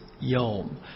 yom